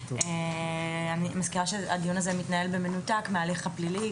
אני מזכירה שהדיון הזה מתנהל במנותק מההליך הפלילי,